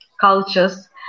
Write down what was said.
cultures